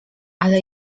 ale